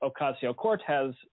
Ocasio-Cortez